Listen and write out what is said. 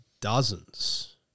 dozens